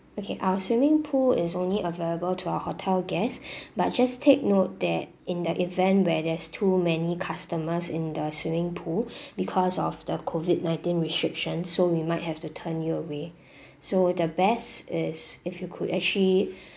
okay our swimming pool is only available to our hotel guests but just take note that in the event where there's too many customers in the swimming pool because of the COVID nineteen restriction so we might have to turn your away so the best is if you could actually